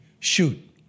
Shoot